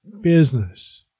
business